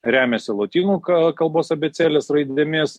remiasi lotynų kalbos abėcėlės raidėmis